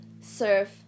serve